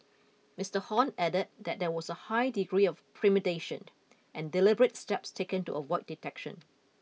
Mister Hon added that there was a high degree of premeditation and deliberate steps taken to avoid detection